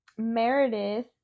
meredith